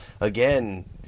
again